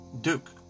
Duke